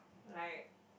like